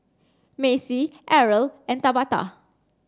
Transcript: Macey Errol and Tabatha